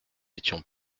étions